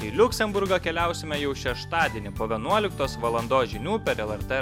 į liuksemburgą keliausime jau šeštadienį po vienuoliktos valandos žinių per lrt